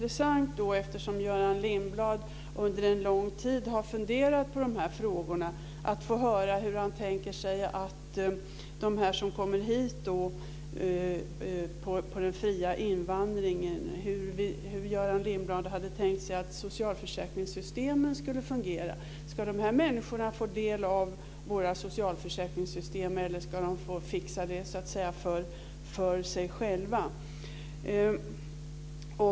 Eftersom Göran Lindblad under en lång tid har funderat på dessa frågor vore det intressant att höra hur han tänker sig att det ska vara för dem som kommer hit med den fria invandringen. Hur tänker sig Göran Lindblad att socialförsäkringssystemen skulle fungera? Ska dessa människor få del av våra socialförsäkringssystem, eller ska de få fixa det för sig själva?